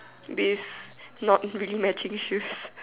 this not really matching shoes